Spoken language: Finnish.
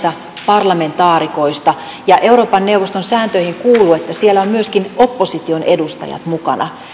parlamentaarikoista ja euroopan neuvoston sääntöihin kuuluu että siellä on myöskin opposition edustajat mukana